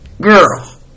Girl